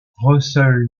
russell